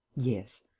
yes.